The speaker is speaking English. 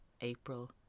April